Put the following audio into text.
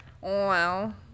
Wow